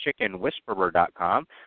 chickenwhisperer.com